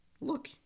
look